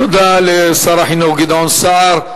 תודה לשר החינוך גדעון סער.